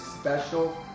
special